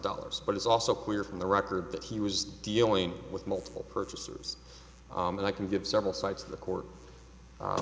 dollars but it's also clear from the record that he was dealing with multiple purchases and i can give several sites to the court